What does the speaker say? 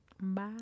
Bye